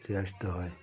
ফিরে আসতে হয়